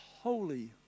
holy